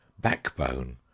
Backbone